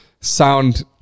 sound